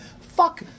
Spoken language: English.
Fuck